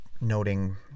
noting